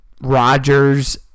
Rodgers